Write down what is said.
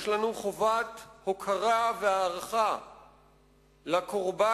יש לנו חובת הוקרה והערכה לקורבן,